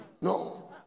No